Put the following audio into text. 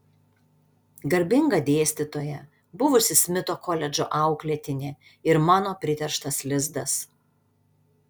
garbinga dėstytoja buvusi smito koledžo auklėtinė ir mano priterštas lizdas